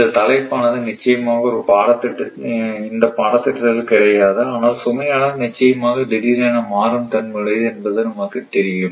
இந்த தலைப்பானது நிச்சயமாக இந்த பாடத்திட்டத்தில் கிடையாது ஆனால் சுமையானது நிச்சயமாக திடீரென மாறும் தன்மையுடையது என்பது நமக்கு தெரியும்